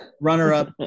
Runner-up